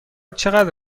چقدر